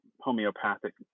Homeopathic